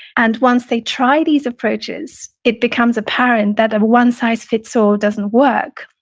and once they try these approaches, it becomes apparent that a one size fits all doesn't work.